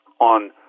on